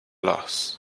loss